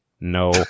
No